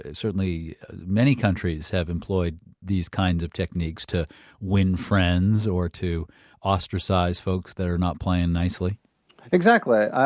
and certainly many countries have employed these kinds of techniques to win friends or to ostracize folks that are not playing nicely exactly.